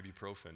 ibuprofen